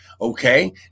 okay